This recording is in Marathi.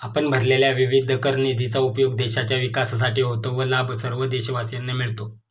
आपण भरलेल्या विविध कर निधीचा उपयोग देशाच्या विकासासाठी होतो व लाभ सर्व देशवासियांना मिळतो